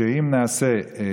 שאם נעשה,